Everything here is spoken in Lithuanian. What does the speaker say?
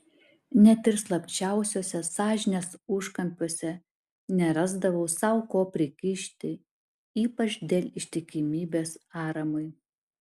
net ir slapčiausiuose sąžinės užkampiuose nerasdavo sau ko prikišti ypač dėl ištikimybės aramui